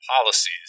policies